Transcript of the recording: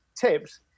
tips